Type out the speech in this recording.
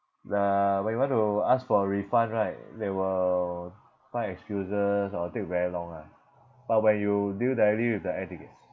the when you want to ask for a refund right they will find excuses or take very long lah but when you deal directly with the air ticket